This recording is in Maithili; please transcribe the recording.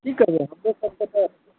की करबै हमरोसभकेँ तऽ